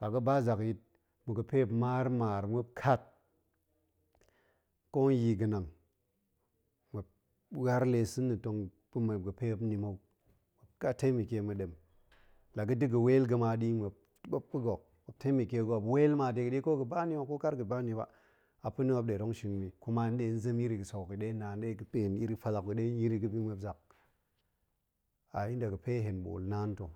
La ga̱ba zakyit ma̱ ga̱pe muop maar maar muop kat ko nyii ga̱nang muop waar lee sa̱ nna̱ pa ma ga̱na̱ muop nni muem laga̱ da̱ ga̱ weel ga̱ ma ɗi muop ɓop pa̱ ga̱, muop temiko ma ma̱dem lo ga̱da̱ ga̱ weel ga̱ma ɗi muop ɓop pa̱ga̱ muop temole ga̱ muop weel ma dega̱ ɗe ko ga̱ba̱ nn, ko ker ga̱ba nni ba, a pa̱na muop nɗe tong shin yi, kuma hen nɗe zem iri ga̱sek yi ɗa naan ɗega pa̱ hon iri fallak hok yi ɗega hen yir yi ga̱bi muop zak, a inda pa̱ge hen ɓoolnaan ta̱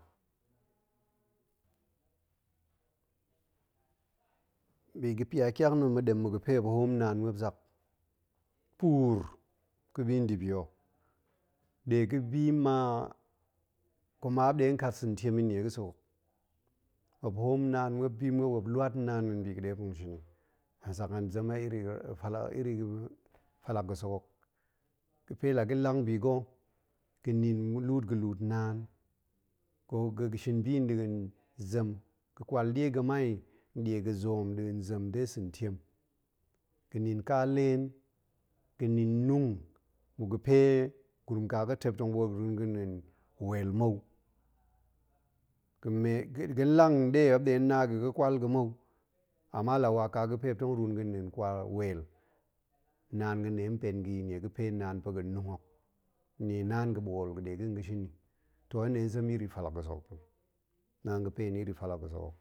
biga̱ pyatyak na̱ ma̱dem ga̱pe muop hoom naan muop zak puur gabi ndabi ho, ɗega bi ma kuma muop nɗe nong kat santiem yi nnie ga̱sek hok muop hoom naan muop bi muop muop wat naan nɗa̱a̱n bi ya̱ɗe muop nong shin yi hen zak hen zem a iri fallak ga̱sek hok, ga̱pe laga̱ lang biga̱ ga̱nin luut ga̱ luut naan, ga̱ ga̱shin bi nɗa̱a̱n zem, ga̱kwal ɗie ga̱mai nɗie ga̱zoom nɗa̱an zem de sa̱ntiem, ga̱nin kaleen, ga̱nin nung, mmuk ga̱pe gurum kaga̱tep tong ɓoot ga̱run ga̱ nɗa̱a̱n weel mou, ga̱me ga̱nlang nɗe muop nɗe nna ga̱ ga̱kwal ga̱ mou, ama la wa ka ga̱pe. Moup nong ruun ga̱ nɗa̱a̱n weel, naan ga̱ nɗe nong pen ga̱ yi, nnie ga̱pe naan pa̱ga̱ nung hok, nni naan ga̱nɓool ga̱ ɗe ga̱ tong ga̱shin yi, toh hen nɗe zem iri fallak ga̱sek hok yi naan ga̱pa̱ hen iri fallak ga̱sek hok